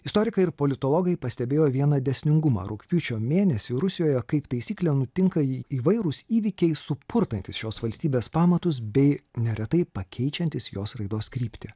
istorikai ir politologai pastebėjo vieną dėsningumą rugpjūčio mėnesį rusijoje kaip taisyklė nutinka į įvairūs įvykiai supurtantys šios valstybės pamatus bei neretai pakeičiantis jos raidos kryptį